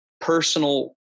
personal